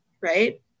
right